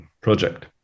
project